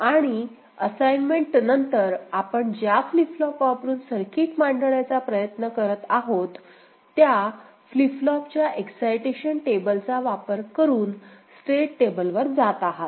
आणि असाईनमेंट नंतर आपण ज्या फ्लिप फ्लॉप वापरून सर्किट मांडण्याचा प्रयत्न करत आहेत त्या फ्लिप फ्लॉपच्या एक्ससायटेशन टेबलचा वापर करून स्टेट टेबलवर जात आहात